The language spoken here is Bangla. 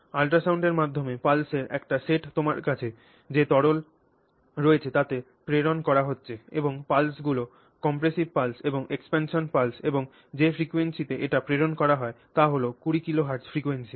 আল্ট্রাসাউন্ডের মাধ্যমে পালসের একটি সেট তোমার কাছে যে তরল রয়েছে তাতে প্রেরণ করা হচ্ছে এবং পালসগুলি compressive pulse এবং expansion pulse এবং যে ফ্রিকোয়েন্সিতে এটি প্রেরণ করা হয় তা হল 20 কিলো হার্টজ ফ্রিকোয়েন্সি